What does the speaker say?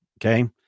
Okay